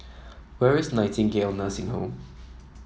where is Nightingale Nursing Home